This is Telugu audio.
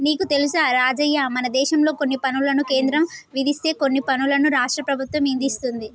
నీకు తెలుసా రాజయ్య మనదేశంలో కొన్ని పనులను కేంద్రం విధిస్తే కొన్ని పనులను రాష్ట్ర ప్రభుత్వం ఇదిస్తుంది